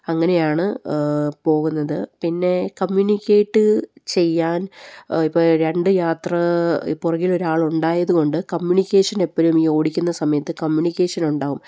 അങ്ങനെയാണ് പോകുന്നത് പിന്നെ കമ്മ്യൂണിക്കേറ്റ് ചെയ്യാൻ ഇപ്പം രണ്ട് യാത്ര പുറകിൽ ഒരാൾ ഉണ്ടായത് കൊണ്ട് കമ്മ്യൂണിക്കേഷൻ എപ്പോഴും ഈ ഓടിക്കുന്ന സമയത്ത് കമ്മ്യൂണിക്കേഷൻ ഉണ്ടാകും